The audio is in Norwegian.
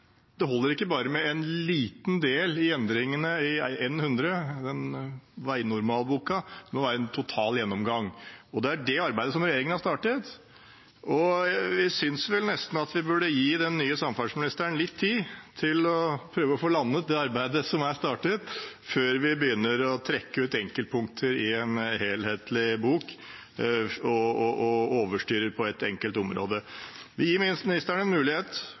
det holder ikke bare med en liten del i endringene i N100 – veinormalboka – det må være en total gjennomgang, og det er det arbeidet regjeringen har startet. Vi synes vel nesten at vi burde gi den nye samferdselsministeren litt tid til å prøve å få landet det arbeidet som er startet, før vi begynner å trekke ut enkeltpunkter i en helhetlig bok og overstyre på ett enkelt område. Vi gir ministeren en mulighet,